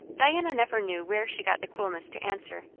diana never knew where she got the coolness to answer,